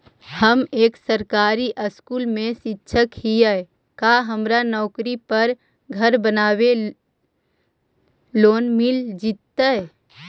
हम एक सरकारी स्कूल में शिक्षक हियै का हमरा नौकरी पर घर बनाबे लोन मिल जितै?